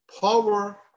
power